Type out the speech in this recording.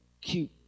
cute